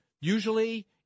usually